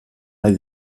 nahi